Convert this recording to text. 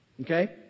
Okay